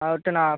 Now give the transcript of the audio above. அவர்ட்ட நான்